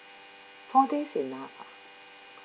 five days enough ah